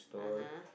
(uh huh)